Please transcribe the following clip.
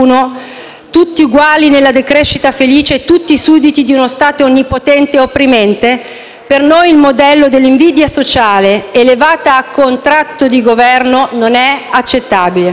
tutti uguali nella decrescita felice, tutti sudditi di uno Stato onnipotente e opprimente? Per noi il modello dell'invidia sociale, elevata a contratto di Governo, non è accettabile.